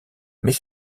mais